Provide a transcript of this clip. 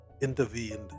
intervened